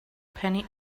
penny